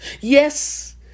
Yes